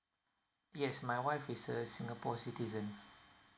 yes my wife is a singapore citizen